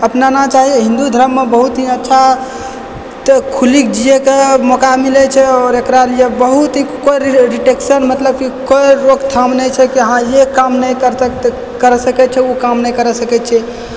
अपनाना चाही हिन्दू धरममे बहुत ही अच्छा खुली जियैके मौका मिलय छै आओर एकरा लिये बहुत ही कोइ रिटेक्शन मतलब कि कोइ रोकथाम नहि छै कि हँ ये काम नहि कर सकतइ करऽ सकय छै उ काम नहि करऽ सकय छै